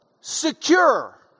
secure